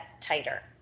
tighter